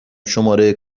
شماره